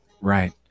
Right